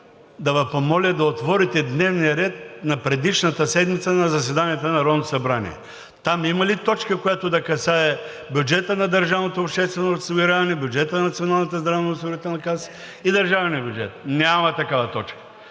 да Ви помоля да отворите дневния ред на предишната седмица на заседанията на Народното събрание. Там има ли точка, която да касае бюджета на държавното обществено осигуряване, бюджета на Националната здравноосигурителната каса и държавния бюджет? Няма такава точка.